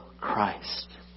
Christ